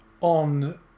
on